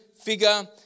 figure